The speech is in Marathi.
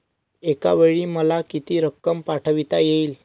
एकावेळी मला किती रक्कम पाठविता येईल?